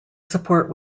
support